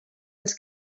els